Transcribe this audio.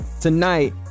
tonight